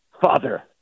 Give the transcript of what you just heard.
father